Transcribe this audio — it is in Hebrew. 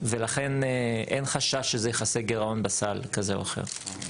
ולכן אין חשש שזה יכסה גירעון בסל, כזה או אחר.